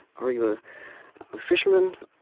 are you a fisherman?